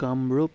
Kamrup